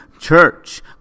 Church